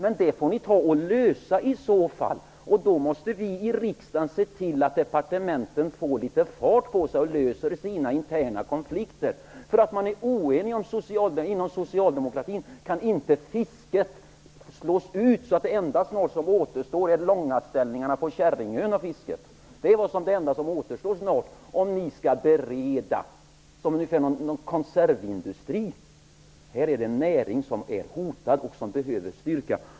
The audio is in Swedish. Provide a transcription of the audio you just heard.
Men det får ni så fall ta och lösa, och då måste vi i riksdagen se till att departementen sätter litet fart och löser sina egna interna konflikter. Bara för att man är oenig inom socialdemokratin, kan inte fisket slås ut så att det enda som snart återstår av fisket är långaställningarna på Det är snart det enda som återstår om ni skall "bereda", som vore det fråga om en konservindustri. Men här är det faktiskt fråga om en näring som är hotad och som behöver styrka!